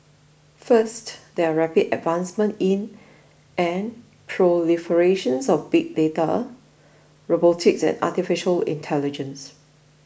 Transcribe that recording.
first there are rapid advancements in and proliferation of big data robotics and Artificial Intelligence